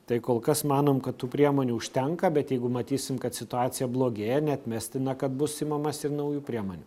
tai kol kas manom kad tų priemonių užtenka bet jeigu matysim kad situacija blogėja neatmestina kad bus imamasi ir naujų priemonių